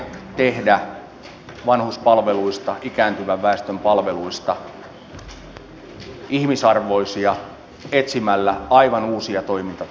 me yritämme tehdä vanhuspalveluista ikääntyvän väestön palveluista ihmisarvoisia etsimällä aivan uusia toimintatapoja